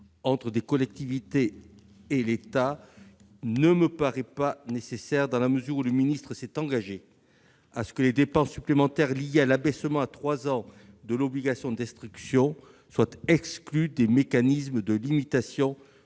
entre des collectivités et l'État. Il ne me paraît pas nécessaire dans la mesure où le ministre s'est engagé à ce que les dépenses supplémentaires liées à l'abaissement à 3 ans de l'âge de l'instruction obligatoire soient exclues des mécanismes de limitation